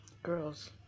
girls